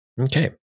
okay